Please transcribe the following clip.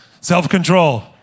self-control